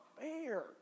fair